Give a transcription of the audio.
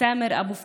סאמר אבו פאדל,